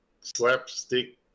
slapstick